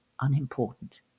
unimportant